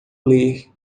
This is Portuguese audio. ler